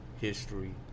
history